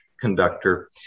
conductor